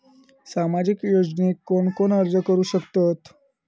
सामाजिक योजनेक कोण कोण अर्ज करू शकतत?